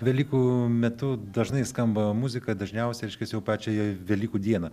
velykų metu dažnai skamba muzika dažniausiai reiškias jau pačią velykų dieną